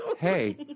hey